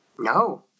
No